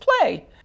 play